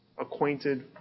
acquainted